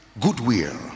Goodwill